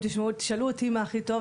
אם תשאלו אותי מה הכי טוב,